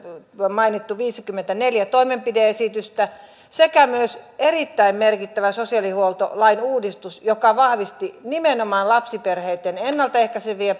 mainitut viisikymmentäneljä toimenpide esitystä sekä myös erittäin merkittävä sosiaalihuoltolain uudistus joka vahvisti nimenomaan lapsiperheitten ennalta ehkäiseviä